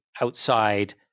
outside